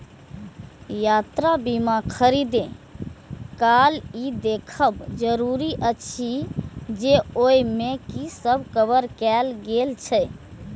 यात्रा बीमा खरीदै काल ई देखब जरूरी अछि जे ओइ मे की सब कवर कैल गेल छै